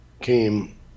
came